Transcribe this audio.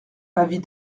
avis